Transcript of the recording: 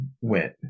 went